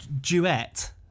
Duet